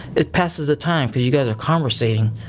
it passes the time because you guys are conversating.